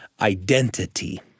identity